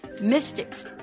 mystics